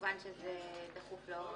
זה דחוף לאור